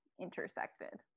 intersected